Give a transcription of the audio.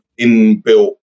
inbuilt